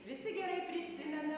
visi gerai prisimena